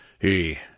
He